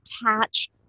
attach